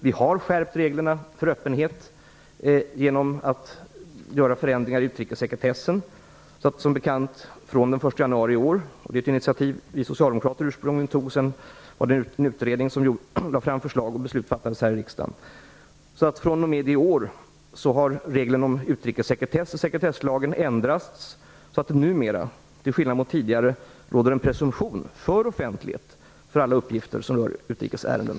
Vi har som bekant skärpt reglerna för öppenhet genom att göra förändringar i utrikessekretessen med verkan fr.o.m. den 1 januari i år. Det är ett initiativ som ursprungligen vi socialdemokrater tog. Sedan lade en utredning fram förslag, och beslut fattades här i riksdagen. Reglerna om utrikessekretess i sekretesslagen har därmed ändrats så att det fr.o.m. i år, till skillnad mot tidigare, råder en presumtion för offentlighet för alla uppgifter som rör utrikesärenden.